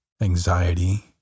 Anxiety